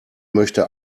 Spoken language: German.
möchte